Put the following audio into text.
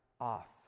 off